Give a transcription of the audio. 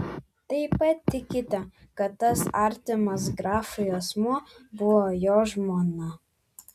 taip pat tikite kad tas artimas grafui asmuo buvo jo žmona